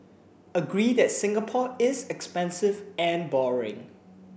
agree that Singapore is expensive and boring